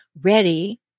ready